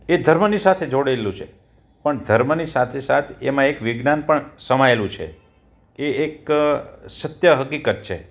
એ ધર્મની સાથે જોડેલું છે પણ ધર્મની સાથે સાથ એમાં એક વિજ્ઞાન પણ સમાયેલું છે એ એક સત્ય હકીકત છે